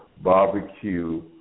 barbecue